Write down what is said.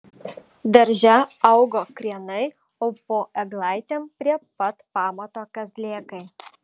darže augo krienai o po eglaitėm prie pat pamato kazlėkai